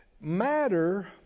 matter